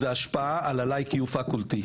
הוא ההשפעה על לייק יו פקולטי,